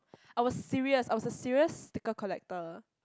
I was serious I was a serious sticker collector